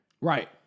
Right